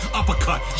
uppercut